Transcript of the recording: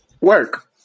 Work